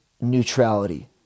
neutrality